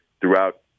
throughout